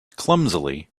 clumsily